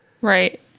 Right